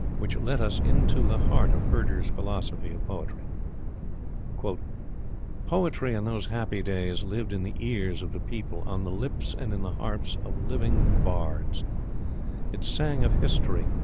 which let us into, the heart of herder's philosophy of poetry poetry in those happy days lived in the ears of the people, on the lips and in the harps of living bards it sang of history,